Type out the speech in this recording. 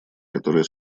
которое